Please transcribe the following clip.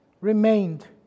remained